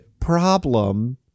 problem